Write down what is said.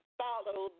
follow